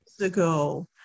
ago